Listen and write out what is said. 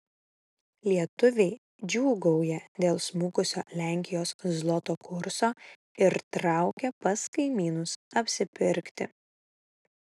lietuviai džiūgauja dėl smukusio lenkijos zloto kurso ir traukia pas kaimynus apsipirkti